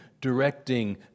directing